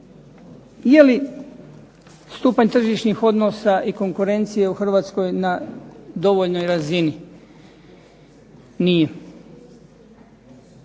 Je li stupanj tržišnih odnosa i konkurencije u Hrvatskoj na dovoljnoj razini? Nije.